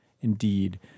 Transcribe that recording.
indeed